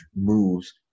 moves